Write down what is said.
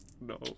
No